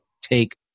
take